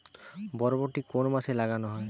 বরবটি কোন মাসে লাগানো হয়?